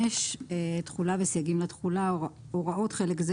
65.תחולה וסייגים לתחולה הוראות חלק זה